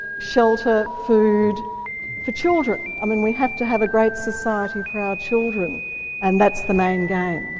shelter, food for children. i mean we have to have a great society for our children and that's the main game.